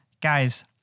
Guys